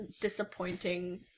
disappointing